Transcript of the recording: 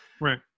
Right